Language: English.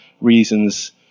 reasons